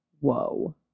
Whoa